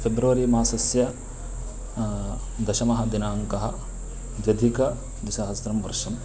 February मासस्य दशमः दिनाङ्कः द्व्यधिकद्विसहस्रं वर्षम्